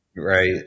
Right